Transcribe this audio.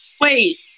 Wait